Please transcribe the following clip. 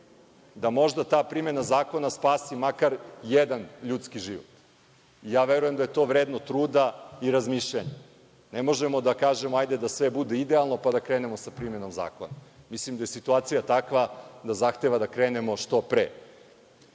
da možda ta primena zakona spasi makar jedan ljudski život? Verujem da je to vredno truda i razmišljanja. Ne možemo da kažemo – hajde da sve bude idealno, pa da krenemo sa primenom zakona. Mislim da je situacija takva da zahteva da krenemo što